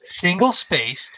single-spaced